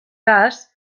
cas